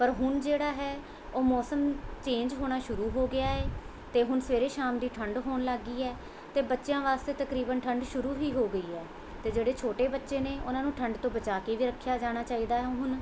ਪਰ ਹੁਣ ਜਿਹੜਾ ਹੈ ਉਹ ਮੌਸਮ ਚੇਂਜ ਹੋਣਾ ਸ਼ੁਰੂ ਹੋ ਗਿਆ ਹੈ ਅਤੇ ਹੁਣ ਸਵੇਰੇ ਸ਼ਾਮ ਦੀ ਠੰਡ ਹੋਣ ਲੱਗ ਗਈ ਹੈ ਅਤੇ ਬੱਚਿਆਂ ਵਾਸਤੇ ਤਕਰੀਬਨ ਠੰਡ ਸ਼ੁਰੂ ਵੀ ਹੋ ਗਈ ਹੈ ਅਤੇ ਜਿਹੜੇ ਛੋਟੇ ਬੱਚੇ ਨੇ ਉਹਨਾਂ ਨੂੰ ਠੰਡ ਤੋਂ ਬਚਾ ਕੇ ਵੀ ਰੱਖਿਆ ਜਾਣਾ ਚਾਹੀਦਾ ਹੈ ਹੁਣ